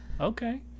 Okay